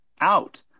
out